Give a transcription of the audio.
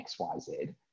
XYZ